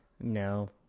No